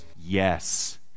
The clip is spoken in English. Yes